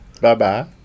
Bye-bye